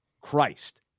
Christ